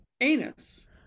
anus